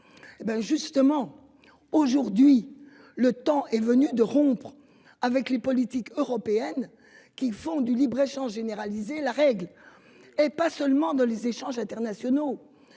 Hé ben justement aujourd'hui le temps est venu de rompre avec les politiques européennes qui font du libre-échange généralisé la règle et pas seulement dans les échanges internationaux